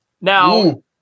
Now